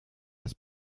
das